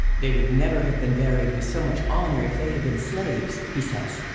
they would never have been buried with so much honor if they had been slaves, he says.